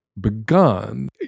begun